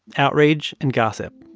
outrage and gossip.